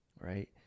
right